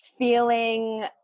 feeling